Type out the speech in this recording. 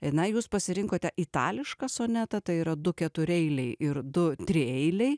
na jūs pasirinkote itališką sonetą tai yra du ketureiliai ir du trieiliai